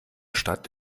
stadt